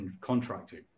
contracting